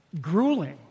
grueling